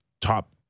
top